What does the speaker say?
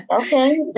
Okay